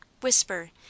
whisper